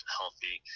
healthy